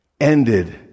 ended